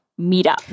Meetup